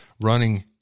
running